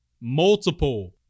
multiple